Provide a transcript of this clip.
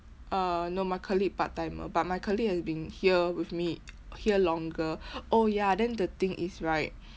uh no my colleague part timer but my colleague has been here with me here longer oh ya then the thing is right